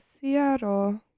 Seattle